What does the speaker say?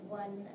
one